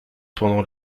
pendant